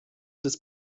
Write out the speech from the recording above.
des